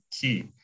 key